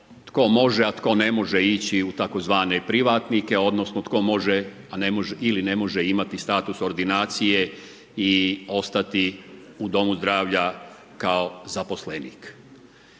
tko može, a tko ne može ići u tzv. privatnike odnosno tko može ili ne može imati status ordinacije i ostati u domu zdravlja kao zaposlenik.